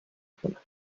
کنم